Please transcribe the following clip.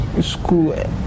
school